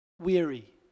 weary